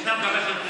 היית מקבל,